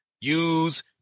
use